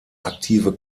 aktive